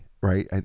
right